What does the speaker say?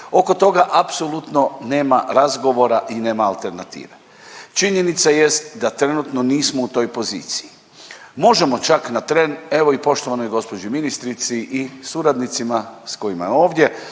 oko toga apsolutno nema razgovora i nema alternative. Činjenica jest da trenutno nismo u toj poziciji, možemo čak na tren, evo i poštovanoj gđi. ministrici i suradnicima s kojima je ovdje